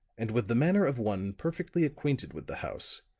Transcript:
and with the manner of one perfectly acquainted with the house,